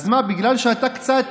אז מה, בגלל שאתה קצת